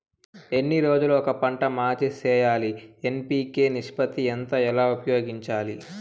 ఎన్ని రోజులు కొక పంట మార్చి సేయాలి ఎన్.పి.కె నిష్పత్తి ఎంత ఎలా ఉపయోగించాలి?